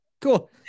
cool